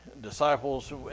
disciples